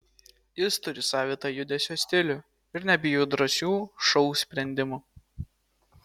jis turi savitą judesio stilių ir nebijo drąsių šou sprendimų